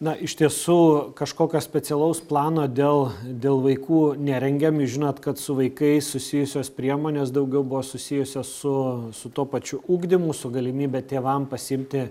na iš tiesų kažkokio specialaus plano dėl dėl vaikų nerengiam jūs žinot kad su vaikais susijusios priemonės daugiau buvo susijusios su su tuo pačiu ugdymu su galimybe tėvam pasiimti